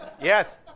Yes